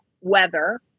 weather